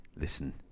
listen